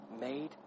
Made